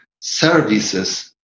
services